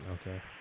Okay